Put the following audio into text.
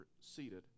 seated